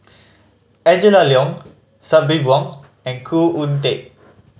Angela Liong Sabri Buang and Khoo Oon Teik